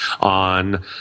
on